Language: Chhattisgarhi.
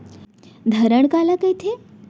धरण काला कहिथे?